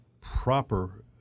proper